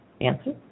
Answer